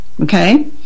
Okay